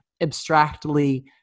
abstractly